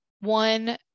one